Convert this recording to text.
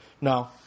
no